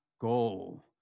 goal